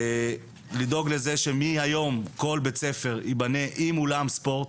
לדאוג לזה שמהיום כל בית ספר ייבנה עם אולם ספורט,